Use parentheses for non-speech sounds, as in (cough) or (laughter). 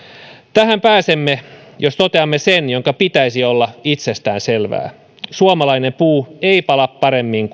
tähän pääsemme jos toteamme sen minkä pitäisi olla itsestäänselvää suomalainen puu ei pala paremmin (unintelligible)